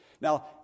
Now